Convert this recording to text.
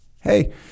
hey